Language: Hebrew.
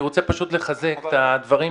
אני רוצה פשוט לחזק את הדברים.